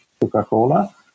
Coca-Cola